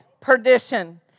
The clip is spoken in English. perdition